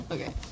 Okay